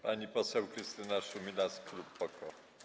Pani poseł Krystyna Szumilas, klub PO-KO.